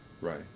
Right